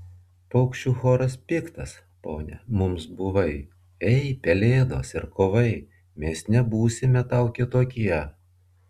paukščių choras piktas pone mums buvai ei pelėdos ir kovai mes nebūsime tau kitokie